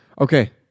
Okay